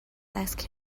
ask